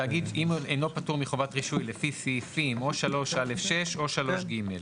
תאגיד שאינו פטור מחובת רישוי לפי סעיפים או 3(א)(6) או 3(ג).